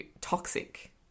toxic